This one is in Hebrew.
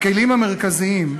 הכלים המרכזיים,